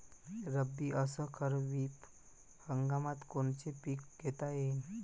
रब्बी अस खरीप हंगामात कोनचे पिकं घेता येईन?